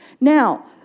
Now